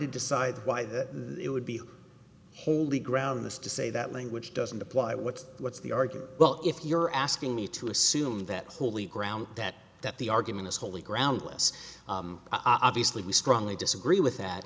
to decide why that would be holy ground this to say that language doesn't apply what what's the argument well if you're asking me to assume that holy ground that that the argument is wholly groundless obviously we strongly disagree with